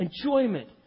enjoyment